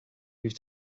moved